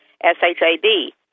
S-H-A-D